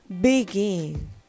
begin